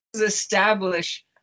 establish